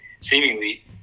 seemingly